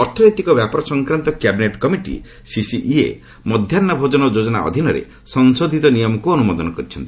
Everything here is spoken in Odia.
ଅର୍ଥ ନୈତିକ ବ୍ୟାପାର ସଂକ୍ରାନ୍ତ କ୍ୟାବିନେଟ୍ କମିଟି ସିସିଇଏ ମଧ୍ୟାହ ଭୋଜନ ଯୋଜନା ଅଧୀନରେ ସଂଶୋଧିତ ନିୟମକୁ ଅନ୍ତମୋଦନ କରିଛନ୍ତି